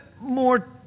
more